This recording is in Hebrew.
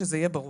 שזה יהיה ברור.